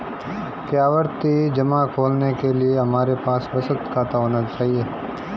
क्या आवर्ती जमा खोलने के लिए हमारे पास बचत खाता होना चाहिए?